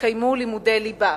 יתקיימו לימודי ליבה.